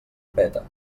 peta